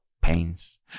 pains